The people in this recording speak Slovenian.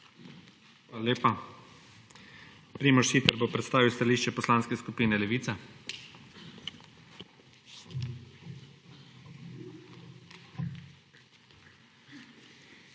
Hvala lepa. Primož Siter bo predstavil stališče Poslanske skupine Levica.